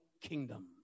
kingdom